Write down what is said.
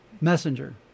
messenger